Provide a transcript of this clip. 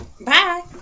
Bye